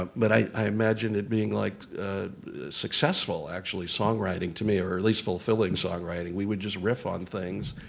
um but i imagine it being like successful, actually, songwriting to me or at least fulfilling songwriting. we would just riff on things,